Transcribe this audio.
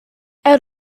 out